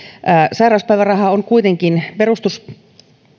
sairauspäiväraha on kuitenkin perustuslain